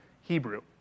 Hebrew